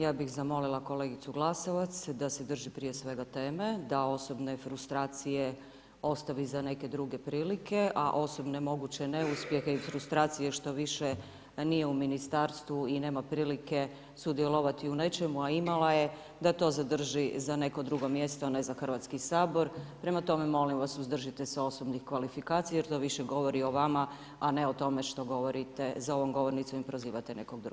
Ja bih zamolila kolegicu Glasovac da se drži prije svega teme, da osobne frustracije ostavi za neke druge prilike, a osobne moguće neuspjehe i frustracije što više nije u ministarstvu i nema prilike sudjelovati u nečemu, a imala je, da to zadrži za neko drugo mjesto, a ne za Hrvatski sabor, prema tome molim vas suzdržite se osobnih kvalifikacija jer to više govori o vama, a ne o tome što govorite za ovom govornicom i prozivate nekog drugog.